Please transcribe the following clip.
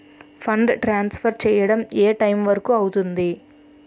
Fund transfer చేయడం ఏ time వరుకు అవుతుంది?